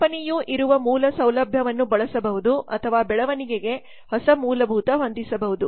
ಕಂಪನಿಯು ಇರುವ ಮೂಲಸೌಲಭ್ಯವನ್ನು ಬಳಸಬಹುದು ಅಥವಾ ಬೆಳವಣಿಗೆಗೆ ಹೊಸ ಮೂಲಭೂತ ಹೊಂದಿಸಬಹುದು